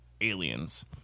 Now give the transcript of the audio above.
aliens